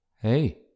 Hey